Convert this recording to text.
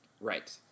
Right